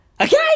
Okay